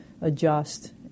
adjust